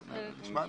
אנחנו נשמע.